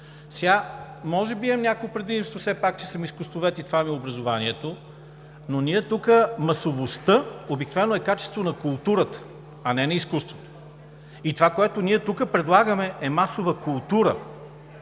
– може би имам някакво предимство все пак, че съм изкуствовед и това е образованието ми, но тук масовостта обикновено е качество на културата, а не на изкуството. Това, което ние тук предлагаме, е масова култура,